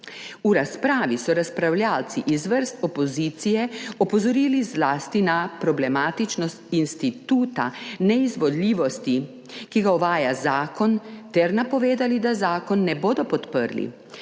V razpravi so razpravljavci iz vrst opozicije opozorili zlasti na problematičnost instituta neizvoljivosti, ki ga uvaja zakon, ter napovedali, da zakona ne bodo podprli.